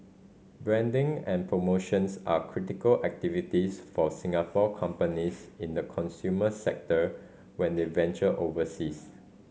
branding and promotions are critical activities for Singapore companies in the consumer sector when the venturing overseas